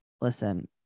listen